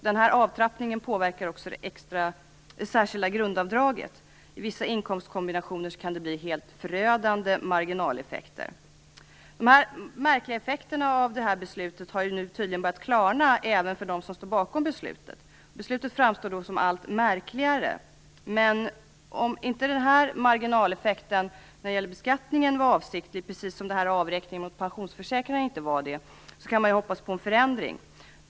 Den här avtrappningen påverkar också det särskilda grundavdraget. Vid vissa inkomstkombinationer kan det bli helt förödande marginaleffekter. De märkliga effekterna av det här beslutet har tydligen börjat klarna även för dem som står bakom beslutet. Beslutet framstår då som allt märkligare. Om inte marginaleffekten när det gäller beskattningen var avsiktlig, precis som avräkningen mot pensionsförsäkringarna inte var det, kan man ju hoppas på en förändring.